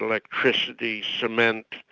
electricity, cement.